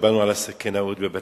דיברנו על הסכינאות בבתי-ספר.